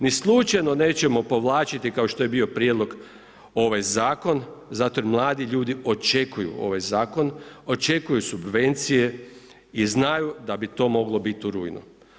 Ni slučajno nećemo povlačiti kao što je bio prijedlog ovaj zakona zato jer mladi ljudi očekuju ovaj zakon, očekuju subvencije i znaju da bi to moglo biti u rujnu.